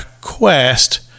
quest